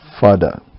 Father